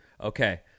okay